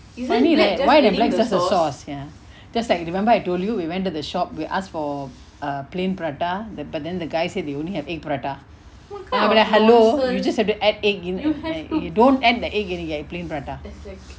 funny right why the black just the sauce ya just like remember I told you we went to the shop we asked for err plain prata but then the guy said he only have egg prata I would be like hello you have to add egg in that you don't add the egg again I plain prata